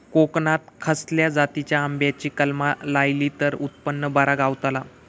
कोकणात खसल्या जातीच्या आंब्याची कलमा लायली तर उत्पन बरा गावताला?